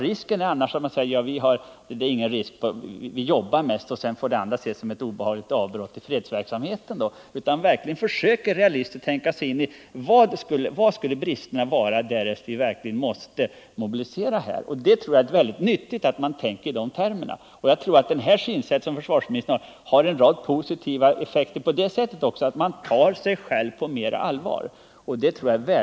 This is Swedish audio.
Risken är annars den att man bara jobbar vidare och mest ser till problemen i fredsverksamheten. I stället får man under dessa förhållanden realistiskt försöka tänka sig in i var bristerna skulle uppstå, om vi måste mobilisera. Jag tror att det är mycket nyttigt att tänka i dessa termer. Jag tror också att försvarsministerns synsätt har en rad positiva effekter därigenom att det leder till att man tar sig själv på större allvar.